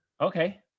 Okay